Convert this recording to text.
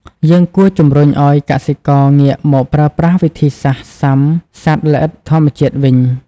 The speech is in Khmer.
យើងគួរជំរុញឲ្យកសិករងាកមកប្រើប្រាស់វិធីសាស្ត្រស៊ាំសត្វល្អិតធម្មជាតិវិញ។